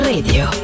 Radio